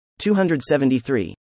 273